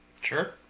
Sure